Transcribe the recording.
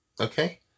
Okay